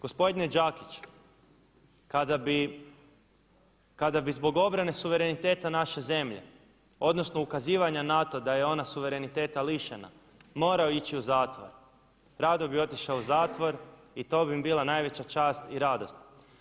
Gospodine Đakić, kada bi zbog obrane suvereniteta naše zemlje odnosno ukazivanja na to da je ona suvereniteta lišena morao ići u zatvor, rado bi otišao u zatvor i to bi mi bila najveća čast i radost.